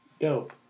Dope